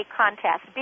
contest